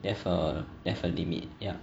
there's a there's a limit ya